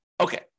Okay